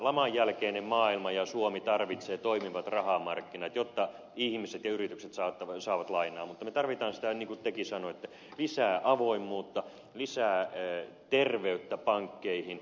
tämä lamanjälkeinen maailma ja suomi tarvitsevat toimivat rahamarkkinat jotta ihmiset ja yritykset saavat lainaa mutta me tarvitsemme niin kuin tekin sanoitte lisää avoimuutta lisää ter veyttä pankkeihin